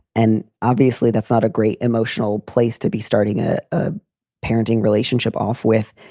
and obviously that's not a great emotional place to be starting ah a parenting relationship off with.